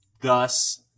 thus